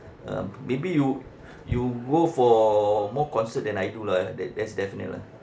uh maybe you you go for more concert than I do lah that that's definite lah